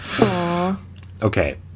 Okay